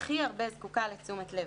והכי הרבה, זקוקה לתשומת לב.